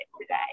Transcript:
today